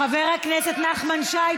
חבר הכנסת נחמן שי,